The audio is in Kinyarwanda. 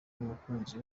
n’umukunzi